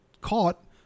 caught